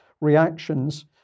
reactions